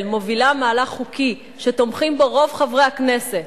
מובילה מהלך חוקי שתומכים בו רוב חברי הכנסת,